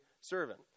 servant